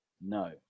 No